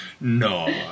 No